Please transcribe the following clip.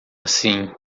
assim